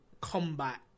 combat